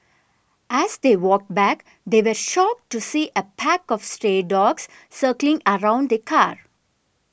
as they walked back they were shocked to see a pack of stray dogs circling around the car